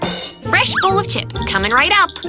fresh bowl of chips coming right up!